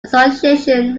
association